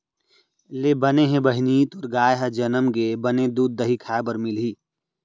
ले बने हे बहिनी तोर गाय ह जनम गे, बने दूद, दही खाय बर मिलही